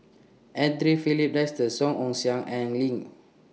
Andre Filipe Desker Song Ong Siang and Lin